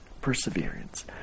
perseverance